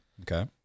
Okay